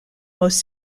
most